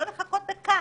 לא לחכות דקה,